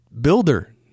builder